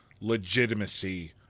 legitimacy